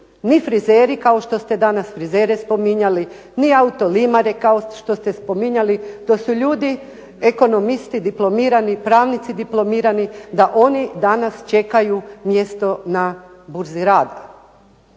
ni frizeri kao što ste danas frizere spominjali, ni autolimare kao što ste spominjali, to su ljudi ekonomisti diplomirani, pravnici diplomirani da oni danas čekaju mjesto na Burzi rada.